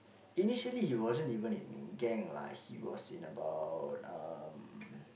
initially he wasn't even in in gang lah he was in about um